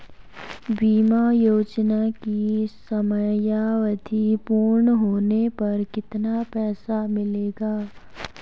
बीमा योजना की समयावधि पूर्ण होने पर कितना पैसा मिलेगा?